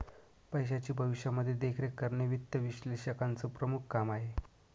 पैशाची भविष्यामध्ये देखरेख करणे वित्त विश्लेषकाचं प्रमुख काम आहे